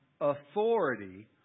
authority